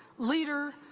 leader,